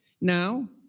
now